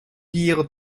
dire